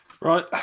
Right